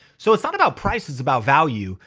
so it's not about price, it's about value.